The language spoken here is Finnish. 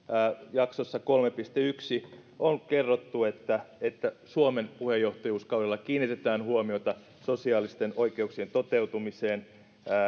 jaksossa kolme piste yksi on kerrottu että että suomen puheenjohtajuuskaudella kiinnitetään huomiota sosiaalisten oikeuksien toteutumiseen